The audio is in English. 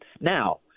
Now